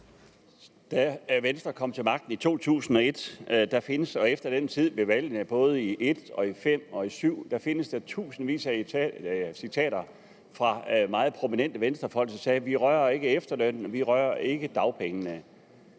at Venstre kom til magten i 2001 og efter den tid – fra valgene både i 2005 og 2007 – findes der tusindvis af citater fra meget prominente Venstrefolk, som sagde: Vi rører ikke efterlønnen, og vi rører ikke dagpengene.